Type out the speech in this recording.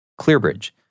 ClearBridge